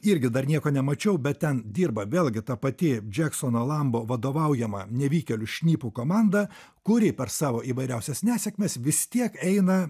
irgi dar nieko nemačiau bet ten dirba vėlgi ta pati džeksono lambo vadovaujama nevykėlių šnipų komanda kuri per savo įvairiausias nesėkmes vis tiek eina